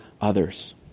others